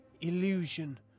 illusion